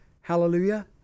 Hallelujah